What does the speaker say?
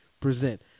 present